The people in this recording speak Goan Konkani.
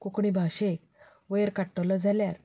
कोंकणी भाशेक वयर काडटलो जाल्यार